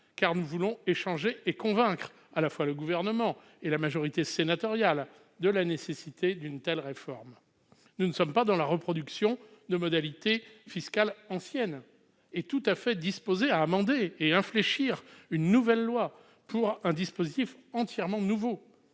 car nous voulons échanger et convaincre à la fois le Gouvernement et la majorité sénatoriale de la nécessité d'une telle réforme. Nous ne souhaitons pas la reproduction de modalités fiscales anciennes. Nous sommes en effet tout à fait disposés à amender et infléchir une nouvelle loi pour un dispositif entièrement nouveau.